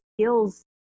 skills